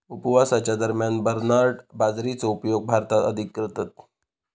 उपवासाच्या दरम्यान बरनार्ड बाजरीचो उपयोग भारतात अधिक करतत